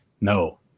no